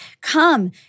Come